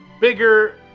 bigger